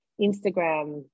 Instagram